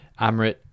Amrit